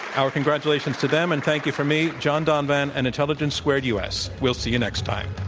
our congratulations to them, and thank you from me, john donvan, and intelligence squared u. s. we'll see you next time.